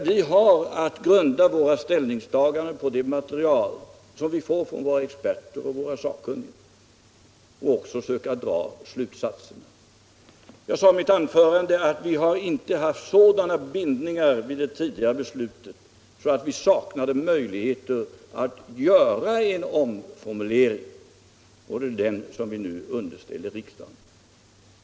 Vi har emellertid att grunda våra ställningstaganden på det material som vi får från våra experter och sakkunniga och vi måste också försöka dra slutsatserna av det. Jag sade i mitt anförande att vi vid det tidigare beslutet inte har haft sådana bindningar att vi saknade möjligheter att göra en omformulering. Det är den som vi nu underställer riksdagen.